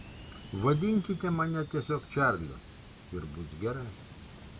vadinkite mane tiesiog čarliu ir bus gerai